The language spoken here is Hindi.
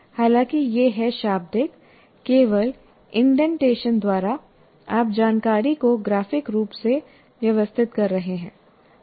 हालांकि यह है शाब्दिक केवल इंडेंटेशन द्वारा आप जानकारी को ग्राफिक रूप से व्यवस्थित कर रहे हैं